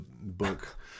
book